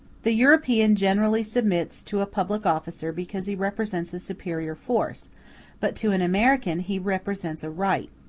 the european generally submits to a public officer because he represents a superior force but to an american he represents a right.